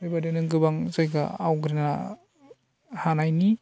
बेबायदिनो गोबां जायगा आवग्रिनो हानायनि